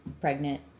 pregnant